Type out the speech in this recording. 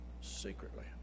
secretly